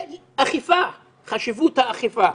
ואכיפה, חשיבות האכיפה.